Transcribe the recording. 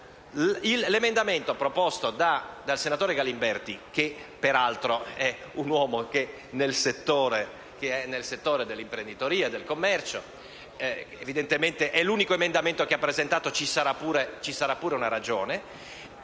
L'emendamento proposto dal senatore Galimberti - peraltro uomo del settore dell'imprenditoria e del commercio e, quindi se questo è l'unico emendamento che ha presentato, ci sarà pure una ragione